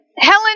Helen